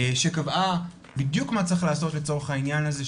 שקבעה בדיוק מה צריך לעשות לצורך העניין הזה,